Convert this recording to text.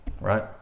right